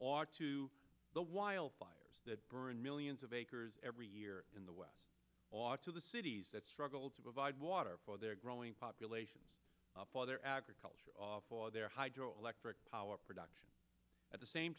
or to the wildfires that burn millions of acres every year in the west ought to the cities that struggled to provide water for their growing populations for their agriculture for their hydroelectric power production at the same